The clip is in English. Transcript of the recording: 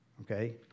Okay